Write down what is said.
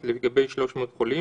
"4,